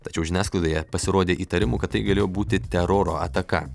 tačiau žiniasklaidoje pasirodė įtarimų kad tai galėjo būti teroro ataka